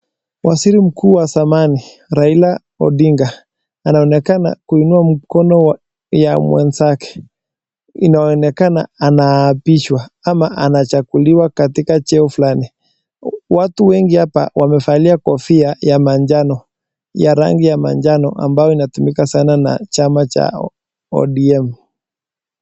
Waziri mkuu wa zamani Raila Odinga anaonekana kuinua mkono ya mwenzake. Inaonekana anaapishwa ama anachaguliwa katika cheo fulani. Watu wengi hapa wamevalia kofia ya rangi ya manjano ambayo inatumika sana na chama cha ODM.